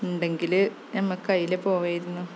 ഉണ്ടെങ്കില് നമ്മള്ക്ക് അതിലേ പോവായിരുന്നു